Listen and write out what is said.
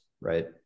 right